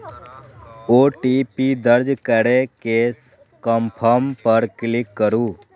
OTP दर्ज करै के कंफर्म पर क्लिक करू